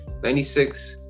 96